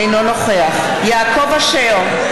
אינו נוכח יעקב אשר,